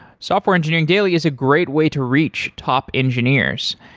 software engineering daily is a great way to reach top engineers.